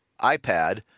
iPad